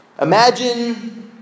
Imagine